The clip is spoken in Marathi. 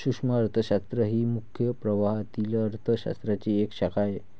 सूक्ष्म अर्थशास्त्र ही मुख्य प्रवाहातील अर्थ शास्त्राची एक शाखा आहे